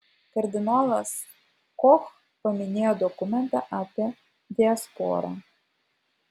kardinolas koch paminėjo dokumentą apie diasporą